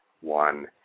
one